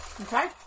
Okay